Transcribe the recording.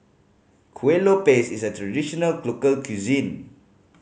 Kuih Lopes is a traditional local cuisine